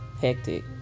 hectic